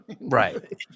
Right